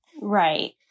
Right